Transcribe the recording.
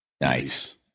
Nice